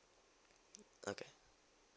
okay